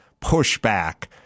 pushback